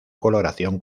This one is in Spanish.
coloración